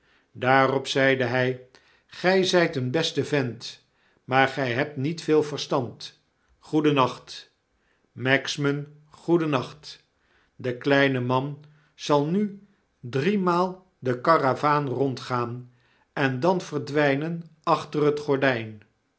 daarop zeide hy gy zyt een beste vent maar gij hebt niet veel verstand goedennacht magsman goedennacht de kleine man zal nu driemaal de karavaan rondgaan en dan verdwynen achter het gordyn